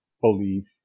belief